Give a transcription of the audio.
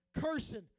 cursing